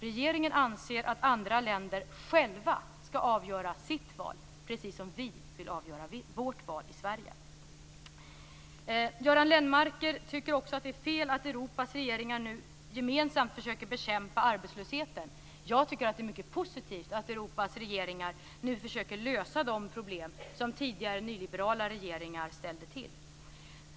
Regeringen anser att andra länder själva skall avgöra sitt val, precis som vi vill avgöra vårt val i Sverige. Göran Lennmarker tycker också att det är fel att Europas regeringar nu gemensamt försöker bekämpa arbetslösheten. Jag tycker att det är mycket positivt att Europas regeringar nu försöker lösa de problem som tidigare nyliberala regeringar ställde till.